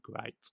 great